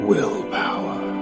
Willpower